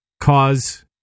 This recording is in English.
cause